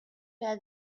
where